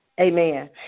Amen